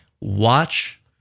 watch